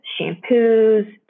shampoos